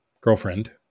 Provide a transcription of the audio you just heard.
girlfriend